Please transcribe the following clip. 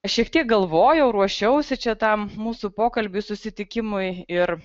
aš šiek tiek galvojau ruošiausi čia tam mūsų pokalbiui susitikimui ir